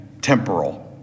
temporal